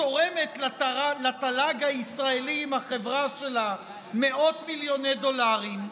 תורמת לתל"ג הישראלי עם החברה שלה מאות מיליוני דולרים,